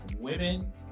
women